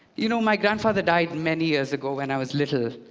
you know, my grandfather died many years ago when i was little,